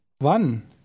Wann